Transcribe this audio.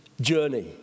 journey